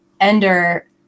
Ender